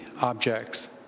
objects